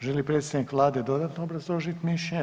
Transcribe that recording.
Želi li predstavnik Vlade dodatno obrazložiti mišljenje?